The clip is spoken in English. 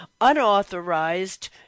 unauthorized